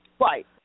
right